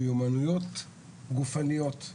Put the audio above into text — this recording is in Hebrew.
מיומנויות גופניות,